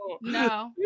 no